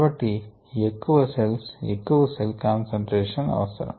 కాబట్టి ఎక్కువ సెల్స్ ఎక్కువ సెల్ కాన్సంట్రేషన్ అవసరం